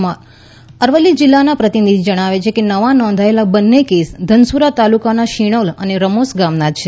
અમારા અરવલ્લી જિલ્લાનાં પ્રતિનિધિ જણાવે છે કે નવા નોંધાયેલા બંને કેસ ધનસુરા તાલુકાના શિણોલ અને રમોસ ગામના છે